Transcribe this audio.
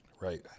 Right